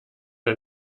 der